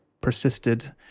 persisted